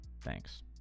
Thanks